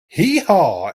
heehaw